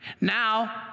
Now